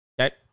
Okay